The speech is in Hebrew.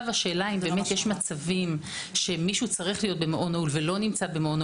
השאלה היא אם יש מצבים שמישהו צריך להיות במעון נעול ולא נמצא שם,